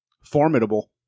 Formidable